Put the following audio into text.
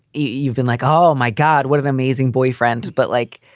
you've been like, oh, my god, what an amazing boyfriend. but like,